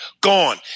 gone